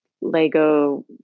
Lego